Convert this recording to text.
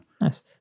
Nice